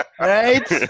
Right